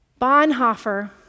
Bonhoeffer